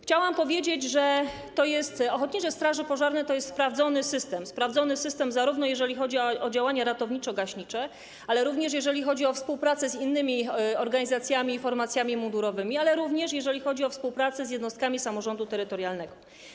Chciałam powiedzieć, że ochotnicze straże pożarne to jest sprawdzony system, zarówno jeżeli chodzi o działania ratowniczo-gaśnicze, jak również jeżeli chodzi o współpracę z innymi organizacjami i formacjami mundurowymi, a także jeżeli chodzi o współpracę z jednostkami samorządu terytorialnego.